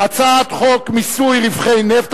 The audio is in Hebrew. חוק מיסוי רווחי נפט,